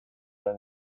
den